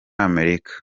amerika